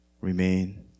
Remain